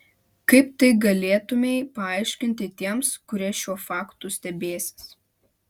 kaip tai galėtumei paaiškinti tiems kurie šiuo faktu stebėsis